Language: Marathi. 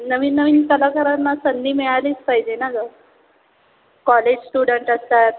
नवीन नवीन कलाकारांना संधी मिळालीच पाहिजे ना गं कॉलेज स्टुडंट असतात